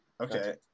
Okay